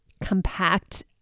compact